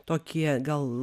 tokie gal